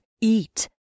eat